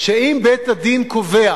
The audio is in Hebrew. שאם בית-הדין קובע